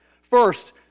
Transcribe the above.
First